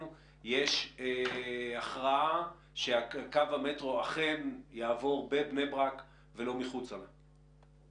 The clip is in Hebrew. יש הכרעה שקו המטרו אכן יעבור בבני ברק ולא מחוץ לבני ברק.